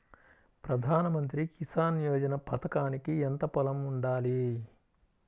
ప్రధాన మంత్రి కిసాన్ యోజన పథకానికి ఎంత పొలం ఉండాలి?